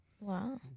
Wow